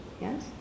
Yes